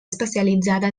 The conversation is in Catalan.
especialitzada